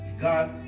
God